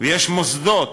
יש מוסדות